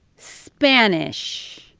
spanish